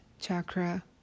chakra